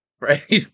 right